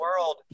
world